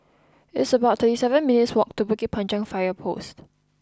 it's about thirty seven minutes' walk to Bukit Panjang Fire Post